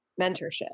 mentorship